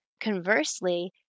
Conversely